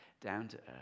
down-to-earth